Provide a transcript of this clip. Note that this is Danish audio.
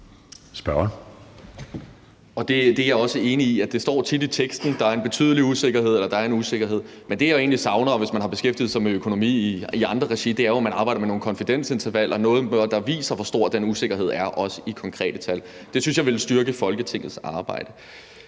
Der er jeg også enig i, altså at det tit står i teksten, at der er en betydelig usikkerhed eller en usikkerhed. Men det, jeg jo egentlig savner – og det foregår jo også, når man beskæftiger sig med økonomi i andre regi – er, at man arbejder med nogle konfidensintervaller, noget, der viser, hvor stor den usikkerhed også er i konkrete tal. Det synes jeg ville styrke Folketingets arbejde.